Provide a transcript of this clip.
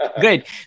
great